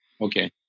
Okay